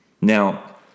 Now